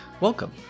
Welcome